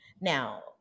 Now